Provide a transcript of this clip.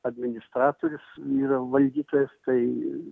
administratorius yra valdytojas tai